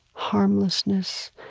harmlessness,